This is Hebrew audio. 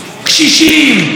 קשישים,